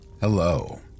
Hello